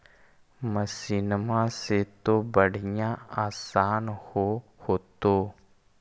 मसिनमा से तो बढ़िया आसन हो होतो?